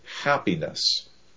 happiness